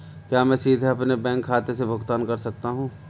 क्या मैं सीधे अपने बैंक खाते से भुगतान कर सकता हूं?